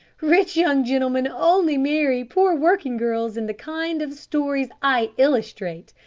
rich young gentlemen only marry poor working girls in the kind of stories i illustrate.